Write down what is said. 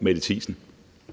Ordføreren.